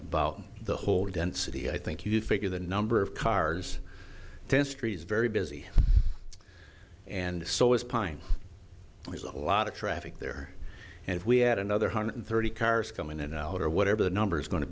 about the whole density i think you figure the number of cars tense trees very busy and so is pine there's a lot of traffic there and if we had another hundred thirty cars come in and out or whatever the number is going to